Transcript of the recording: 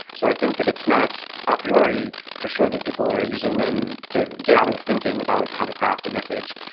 so i think that it's not a ah priori for sure that people are using them to get out of thinking about how to craft a message.